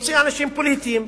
הוא רוצה אנשים פוליטיים,